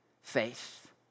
faith